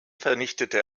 vernichtete